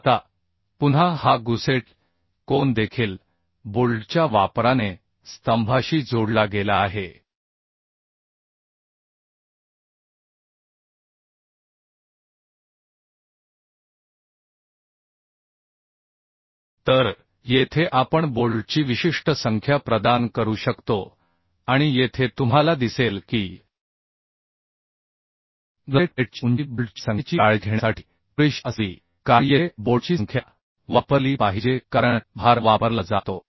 आता पुन्हा हा गुसेट कोन देखील बोल्टच्या वापराने स्तंभाशी जोडला गेला आहे तर येथे आपण बोल्टची विशिष्ट संख्या प्रदान करू शकतो आणि येथे तुम्हाला दिसेल की गसेट प्लेटची उंची बोल्टच्या संख्येची काळजी घेण्यासाठी पुरेशी असावी कारण येथे बोल्टची संख्या वापरली पाहिजे कारण भार वापरला जातो